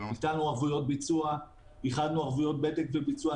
ביטלנו ערבויות ביצוע, איחדנו ערבויות בדק בביצוע.